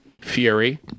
Fury